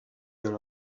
dans